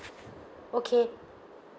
okay